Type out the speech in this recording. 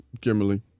Kimberly